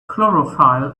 chlorophyll